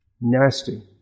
Nasty